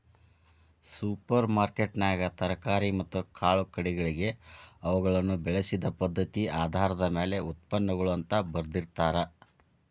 super ಮಾರ್ಕೆಟ್ನ್ಯಾಗ ತರಕಾರಿ ಮತ್ತ ಕಾಳುಕಡಿಗಳಿಗೆ ಅವುಗಳನ್ನ ಬೆಳಿಸಿದ ಪದ್ಧತಿಆಧಾರದ ಮ್ಯಾಲೆ ಉತ್ಪನ್ನಗಳು ಅಂತ ಬರ್ದಿರ್ತಾರ